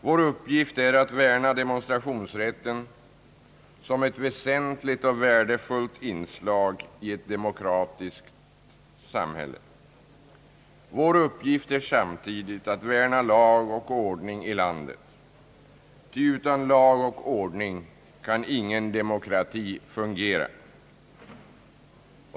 Vår uppgift är att värna demonstrationsrätten som ett väsentligt och värdefullt inslag i ett demokratiskt samhälle. Vår uppgift är samtidigt att värna lag och ordning i landet, ty utan lag och ordning kan ingen demokrati fungera.